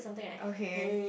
okay